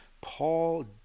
Paul